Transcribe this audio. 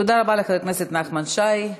תודה רבה לחבר הכנסת נחמן שי.